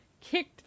kicked